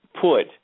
put